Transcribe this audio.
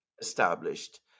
established